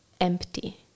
empty